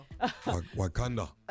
Wakanda